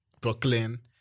Brooklyn